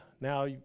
Now